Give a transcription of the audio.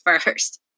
first